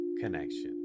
connection